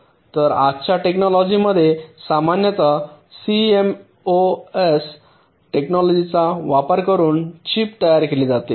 तर आजच्या टेक्नोलॉजी मध्ये सामान्यत सीएमओएस टेक्नोलॉजीचा वापर करून चिप तयार केली जाते